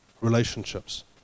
Relationships